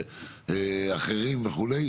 אחרים וכו'?